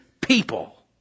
people